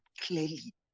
clearly